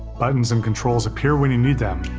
buttons and controls appear when you need them,